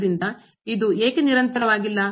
ಆದ್ದರಿಂದ ಇದು ಏಕೆ ನಿರಂತರವಾಗಿಲ್ಲ